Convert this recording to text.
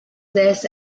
this